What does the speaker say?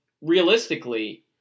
realistically